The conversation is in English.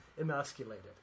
emasculated